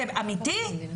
זה אמיתי?